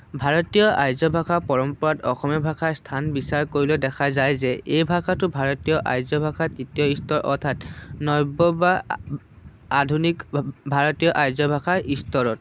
ভাৰতীয় আৰ্য ভাষা পৰম্পৰাত অসমীয়া ভাষাৰ স্থান বিচাৰ কৰিলেও দেখা যায় যে এই ভাষাটো ভাৰতীয় আৰ্য ভাষাত দ্বিতীয় ইস্তৰ অৰ্থাৎ নব্য বা আধুনিক ভাৰতীয় আৰ্য ভাষাৰ ইস্তৰত